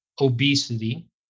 obesity